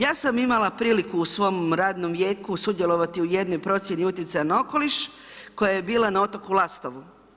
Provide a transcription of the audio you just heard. Ja sam imala prilike u svom radnom vijeku sudjelovati u jednoj procjeni utjecaja na okoliš koja je bila na otoku Lastovu.